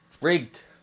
rigged